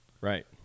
Right